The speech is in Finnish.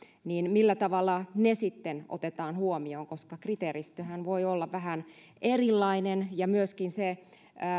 niin millä tavalla ne sitten otetaan huomioon koska kriteeristöhän voi olla vähän erilainen ja myöskin se